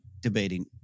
debating